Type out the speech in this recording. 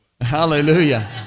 Hallelujah